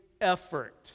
effort